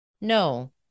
No